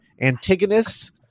Antigonus